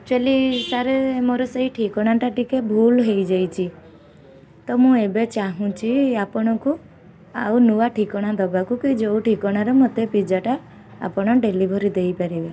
actually sir ମୋର ସେଇ ଠିକଣାଟା ଟିକେ ଭୁଲ୍ ହେଇଯାଇଛି ତ ମୁଁ ଏବେ ଚାହୁଁଛି ଆପଣଙ୍କୁ ଆଉ ନୂଆ ଠିକଣା ଦବାକୁ କି ଯେଉଁ ଠିକଣାରେ ମତେ ପିଜାଟା ଆପଣ ଡେଲିଭରି ଦେଇପାରିବେ